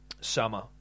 Summer